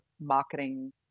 marketing